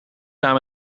naar